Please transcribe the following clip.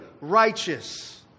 righteous